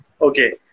Okay